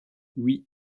oui